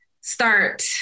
start